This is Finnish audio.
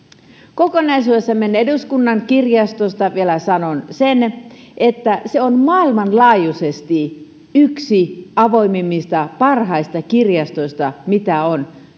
kokonaisuudessa meidän eduskunnan kirjastosta vielä sanon sen että se on maailmanlaajuisesti yksi avoimimmista ja parhaista kirjastoista mitä on